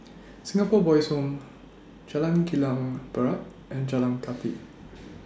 Singapore Boys' Home Jalan Kilang Barat and Jalan Kathi